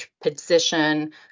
position